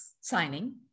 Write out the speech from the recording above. signing